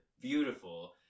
beautiful